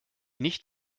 nicht